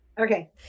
Okay